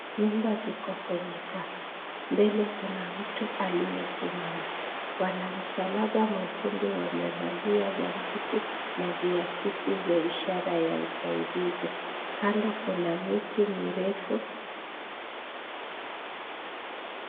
Nyumba ziko kwenye taka. Mbele kuna mtu aliyesimama. Wanamsalaba mwekundu wamevalia gambuti na viakilisi vya ishara ya usaidizi. Kando kuna miti mirefu.